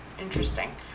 interesting